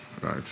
right